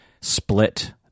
Split